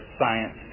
science